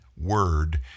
word